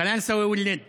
(אומר בערבית: קלנסווה ולוד ביחד,)